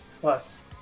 plus